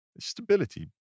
Stability